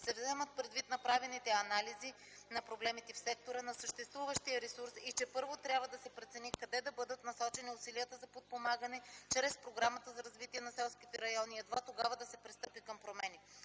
се вземат предвид направените анализи на проблемите в сектора, на съществуващия ресурс и че първо трябва да се прецени къде да бъдат насочени усилията за подпомагане чрез Програмата за развитие на селските райони и едва тогава да се пристъпи към промени.